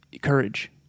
courage